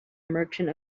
merchant